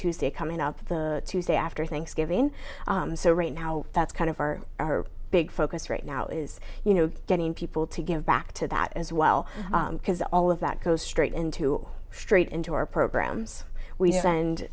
tuesday coming out the tuesday after thanksgiving so right now that's kind of our big focus right now is you know getting people to give back to that as well because all of that goes straight into straight into our programs